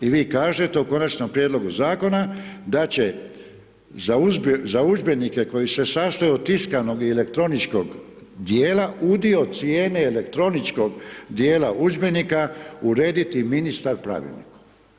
I vi kažete u konačnom prijedlogu zakona, da će za udžbenike koji se sastoje od tiskanog ili elektroničkog dijela, udio cijene elektroničkog dijela udžbenika urediti ministar pravilnikom.